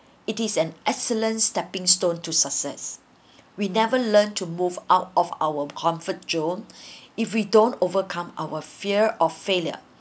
it is an excellent stepping stone to success we never learned to move out of our comfort zone if we don't overcome our fear of failure